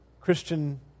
Christian